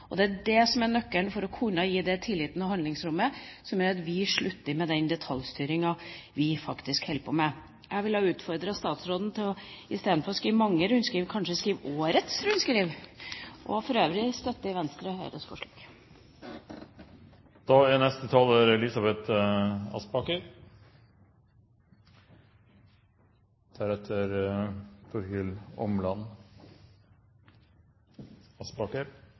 Det er dét som er nøkkelen til å kunne gi den tilliten og det handlingsrommet som gjør at vi slutter med den detaljstyringa vi faktisk holder på med. Jeg vil utfordre statsråden til – i stedet for å skrive mange rundskriv – kanskje å skrive årets rundskriv. For øvrig støtter Venstre Høyres forslag.